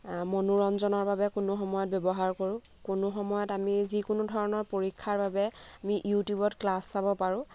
মনোৰঞ্জনৰ বাবে কোনো সময়ত ব্যৱহাৰ কৰোঁ কোনো সময়ত আমি যিকোনো ধৰণৰ পৰীক্ষাৰ বাবে আমি ইউটিউবত ক্লাচ চাব পাৰোঁ